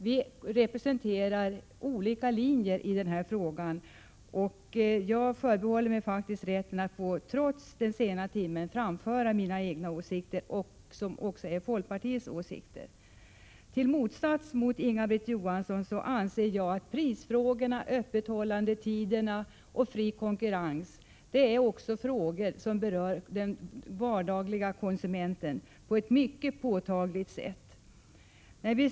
Vi representerar olika linjer i denna fråga, och jag förbehåller mig rätten att trots den sena timmen framföra mina åsikter, som också är folkpartiets åsikter. I motsats till Inga-Britt Johansson anser jag att prisfrågorna, öppethållandetiderna och fri konkurrens är frågor som berör den vanliga konsumenten på ett mycket påtagligt sätt.